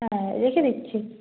হ্যাঁ রেখে দিচ্ছি